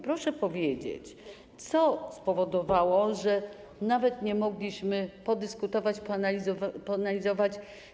Proszę powiedzieć, co spowodowało, że nawet nie mogliśmy podyskutować, poanalizować.